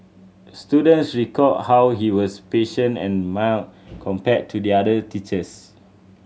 students recalled how he was patient and mild compared to the other teachers